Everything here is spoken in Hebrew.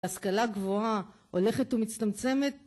השכלה גבוהה הולכת ומצטמצמת